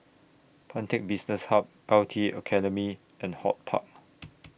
Pantech Business Hub L T A Academy and HortPark